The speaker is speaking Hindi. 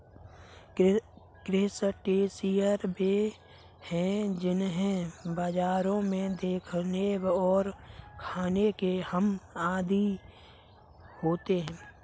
क्रस्टेशियंस वे हैं जिन्हें बाजारों में देखने और खाने के हम आदी होते हैं